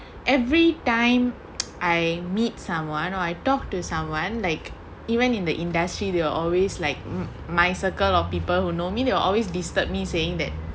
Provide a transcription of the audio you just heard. every time I meet someone or I talk to someone like even in the industry they are always like my circle of people who know me they will always disturb me saying that